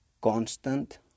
constant